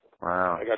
Wow